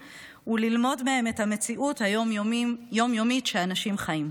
וללמוד מהם את המציאות היום-יומית שבה אנשים חיים.